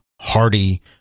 hearty